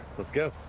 let's go.